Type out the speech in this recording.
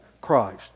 Christ